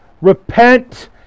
repent